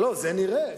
זה נראה.